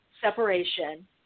separation